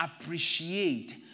appreciate